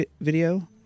video